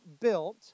built